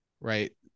right